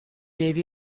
gave